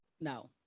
no